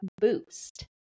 boost